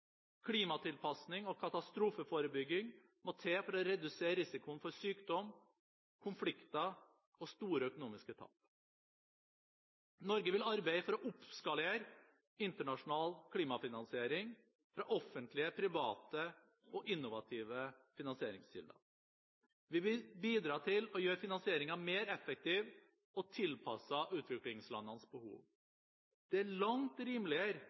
Klimatilpasning og katastrofeforebygging må til for å redusere risikoen for sykdom, konflikter og store økonomiske tap. Norge vil arbeide for å oppskalere internasjonal klimafinansiering – fra offentlige, private og innovative finansieringskilder. Vi vil bidra til å gjøre finansieringen mer effektiv og tilpasset utviklingslandenes behov. Det er langt rimeligere